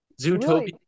Zootopia